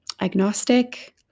agnostic